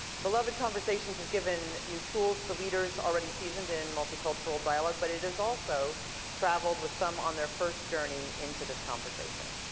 beloved conversations has given new tools to leaders already seasoned in multicultural dialogue, but and has also travelled with some on their first journey into this conversation.